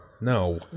No